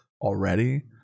already